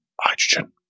hydrogen